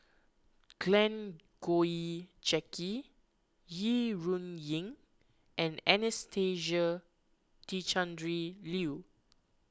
Glen Goei Jackie Yi Ru Ying and Anastasia Tjendri Liew